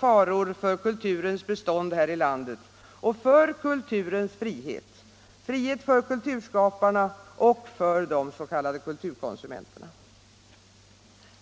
faror för kulturens bestånd här i landet och för kulturens frihet — frihet för kulturskaparna och för de s.k. kulturkonsumenterna.